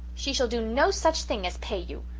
she shall do no such thing as pay you,